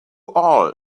all